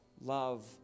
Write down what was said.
love